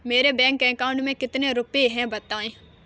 मेरे bank account में कितने रुपए हैं बताएँ?